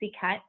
cut